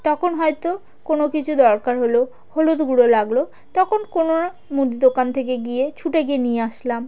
তখন হয়তো কোনো কিছু দরকার হলো হলুদ গুঁড়ো লাগলো তখন কোনো মুদি দোকান থেকে গিয়ে ছুটে গিয়ে নিয়ে আসলাম